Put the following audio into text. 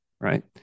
right